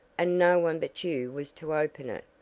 and no one but you was to open it.